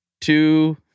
two